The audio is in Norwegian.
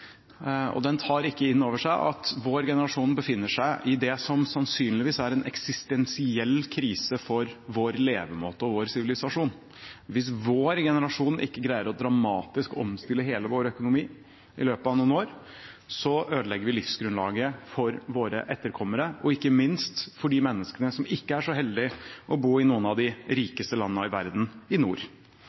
og den tar ikke inn over seg at vår generasjon befinner seg i det som sannsynligvis er en eksistensiell krise for vår levemåte og vår sivilisasjon. Hvis vår generasjon ikke greier dramatisk å omstille hele vår økonomi i løpet av noen år, ødelegger vi livsgrunnlaget for våre etterkommere og ikke minst for de menneskene som ikke er så heldige å bo i noen av de rikeste landene i verden i nord.